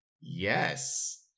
Yes